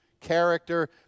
character